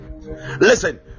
Listen